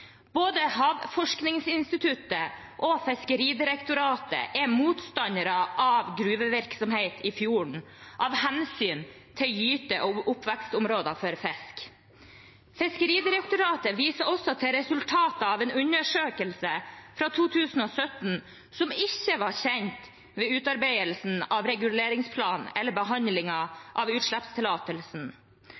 Både Havforskningsinstituttet og Fiskeridirektoratet er motstandere av gruvevirksomhet i fjorden, av hensyn til gyte- og oppvekstområder for fisk. Fiskeridirektoratet viser også til resultatet av en undersøkelse fra 2017 som ikke var kjent ved utarbeidelsen av reguleringsplanen eller ved behandlingen av utslippstillatelsen,